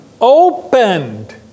Opened